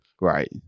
Right